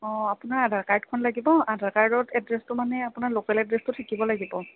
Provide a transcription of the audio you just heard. অ আপোনাৰ আধাৰ কাৰ্ডখন লাগিব আধাৰ কাৰ্ডৰ এড্ৰেছটো মানে আপোনাৰ লোকেল এড্ৰেছটো থাকিব লাগিব